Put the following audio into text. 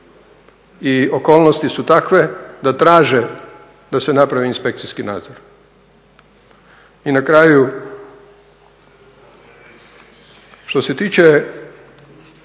i okolnosti su takve da traže da se napravi inspekcijski nadzor. I na kraju, što se tiče